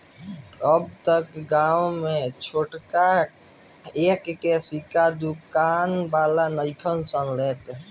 अब त गांवे में छोटका एक के सिक्का दुकान वाला नइखन सन लेत